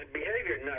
behavior